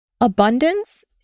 Abundance